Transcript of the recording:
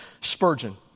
Spurgeon